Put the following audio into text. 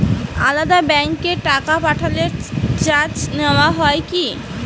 আলাদা ব্যাংকে টাকা পাঠালে চার্জ নেওয়া হয় কি?